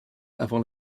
avant